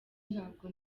ntabwo